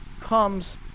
comes